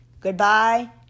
Goodbye